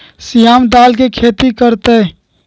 श्याम दाल के खेती कर तय